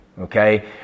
Okay